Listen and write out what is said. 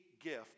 gift